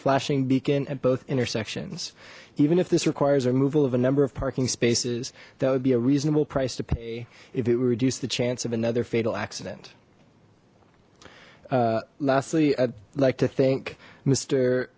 flashing beacon at both intersections even if this requires a removal of a number of parking spaces that would be a reasonable price to pay if it would reduce the chance of another fatal accident lastly i'd like to thank m